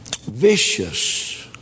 vicious